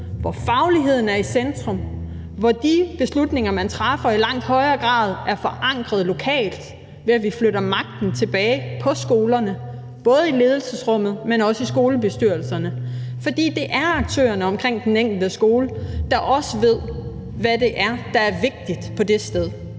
hvor fagligheden er i centrum, og hvor de beslutninger, man træffer i langt højere grad er forankret lokalt, ved at vi flytter magten tilbage til skolerne, både i ledelsesrummet, men også i skolebestyrelserne. For det er aktørerne omkring den enkelte skole, der også ved, hvad det er, der er vigtigt på den skole.